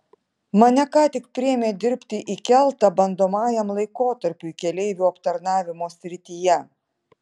mane ką tik priėmė dirbti į keltą bandomajam laikotarpiui keleivių aptarnavimo srityje